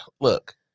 Look